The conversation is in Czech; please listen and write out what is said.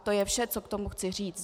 To je vše, co k tomu chci říct.